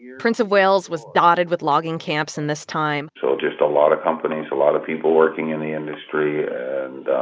prince of wales was dotted with logging camps in this time so just a lot of companies, a lot of people working in the industry and,